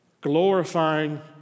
glorifying